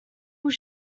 was